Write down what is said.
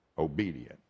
Obedient